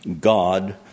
God